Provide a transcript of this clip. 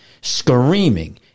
screaming